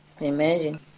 Imagine